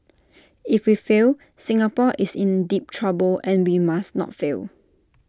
if we fail Singapore is in deep trouble and we must not fail